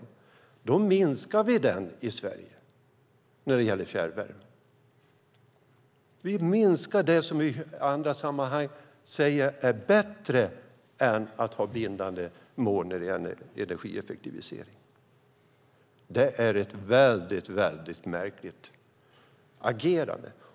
Men den minskar vi i Sverige när det gäller fjärrvärme. Vi minskar det som vi i andra sammanhang säger är bättre än att ha bindande mål när det gäller energieffektivisering. Det är ett väldigt märkligt agerande.